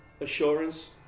assurance